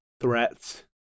Threats